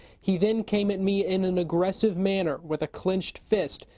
he then came at me in an aggressive manner. with a clinched fist,